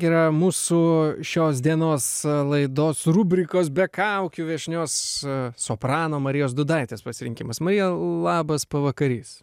yra mūsų šios dienos laidos rubrikos be kaukių viešnios soprano marijos dudaitės pasirinkimas marija labas pavakarys